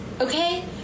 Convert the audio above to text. Okay